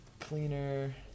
Cleaner